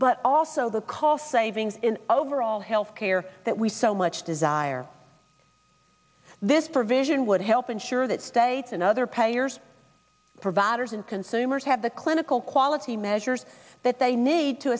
but also the cost savings in overall health care that we so much desire this provision would help ensure that states and other payers providers and consumers have the clinical quality measures that they need to